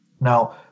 now